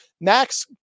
Max